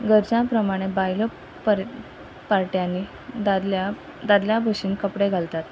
गरजा प्रमाणे बायलो परट्यांनी दादल्या दादल्या भशेन कपडे घालतात